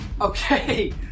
Okay